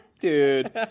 Dude